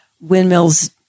Windmills